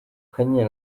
kanyinya